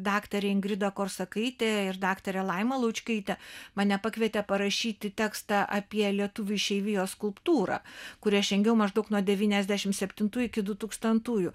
daktarė ingrida korsakaitė ir daktarė laima laučkaitė mane pakvietė parašyti tekstą apie lietuvių išeivijos skulptūrą kurią aš rengiau maždaug nuo devyniasdešimt septintųjų iki dutūkstantųjų